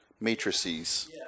Matrices